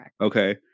Okay